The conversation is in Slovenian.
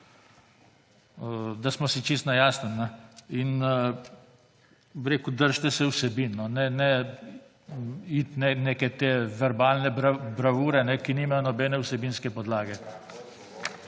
da smo si čisto na jasnem. Rekel bi, držite se vsebin, ne iti v neke te verbalne bravure, ki nimajo nobene vsebinske podlage.